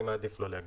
אני מעדיף לא להגיב.